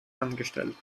angestellt